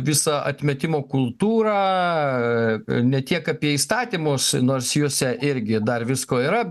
visą atmetimo kultūrą ne tiek apie įstatymus nors juose irgi dar visko yra